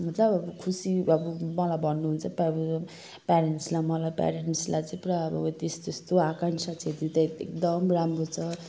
खुसी अब मलाई भन्नुहुन्छ प प्यारेन्ट्सलाई मलाई प्यारेन्ट्सलाई चाहिँ पुरा अब यस्तो यस्तो आकाङ्क्षा छेत्री त एकदम राम्रो छ